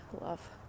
love